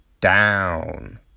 down